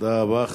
תודה רבה.